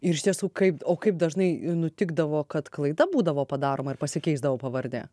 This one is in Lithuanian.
ir iš tiesų kaip o kaip dažnai nutikdavo kad klaida būdavo padaroma ir pasikeisdavo pavardė